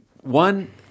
One